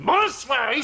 Bonsoir